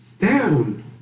Down